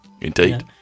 Indeed